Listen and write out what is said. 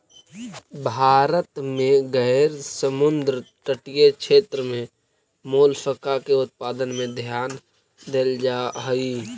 भारत में गैर समुद्र तटीय क्षेत्र में मोलस्का के उत्पादन में ध्यान देल जा हई